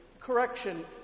Correction